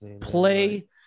play